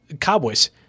Cowboys